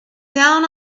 down